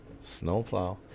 snowplow